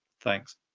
Thanks